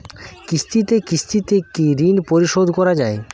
কিস্তিতে কিস্তিতে কি ঋণ পরিশোধ করা য়ায়?